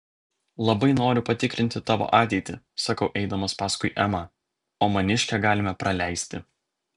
labai noriu patikrinti tavo ateitį sakau eidamas paskui emą o maniškę galime praleisti